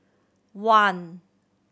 one